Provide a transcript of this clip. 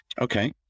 Okay